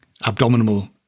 abdominal